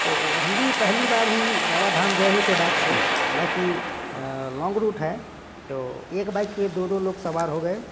तो हम भी पहली बार ही बाबा धाम गए हुए थे बाइक से हालाँकि लॉन्ग रूट है तो एक बाइक पर दो दो लोग सवार हो गए